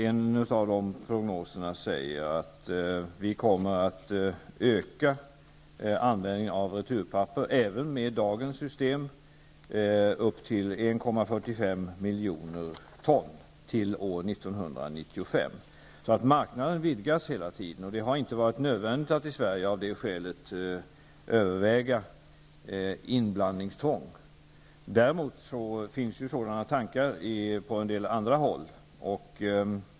En av prognoserna säger att vi kommer att öka användningen av returpapper, även med dagens system, upp till 1,45 miljoner ton till år Marknaden vidgas hela tiden. Det har i Sverige av det skälet inte varit nödvändigt att överväga inblandningstvång. Däremot finns sådan tankar på en del andra håll.